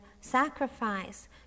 sacrifice